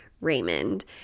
Raymond